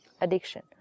addiction